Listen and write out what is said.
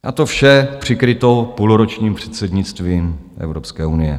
A to vše přikryto půlročním předsednictvím Evropské unie.